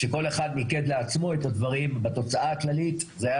כשכל אחד מיקד לעצמו את הדברים ובתוצאה הכללית זה היה